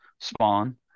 spawn